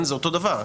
זה אותו דבר.